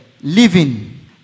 living